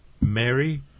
Mary